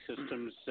systems